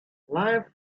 life